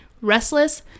restless